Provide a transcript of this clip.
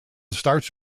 starts